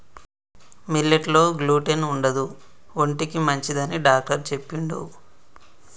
millet లో gluten ఉండదు ఒంటికి మంచిదని డాక్టర్ చెప్పిండు